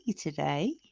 today